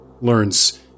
learns